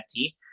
NFT